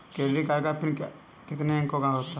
Credit card का pin कितने अंकों का होता है?